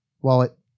Wallet